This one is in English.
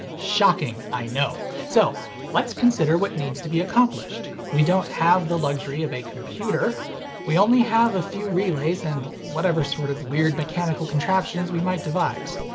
shocking, i know. so let's consider what needs to be accomplished. we don't have the luxury of a computer we only have a few relays and whatever sort of mechanical contraptions we might devise.